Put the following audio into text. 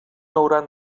hauran